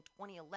2011